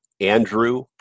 andrew